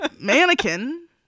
mannequin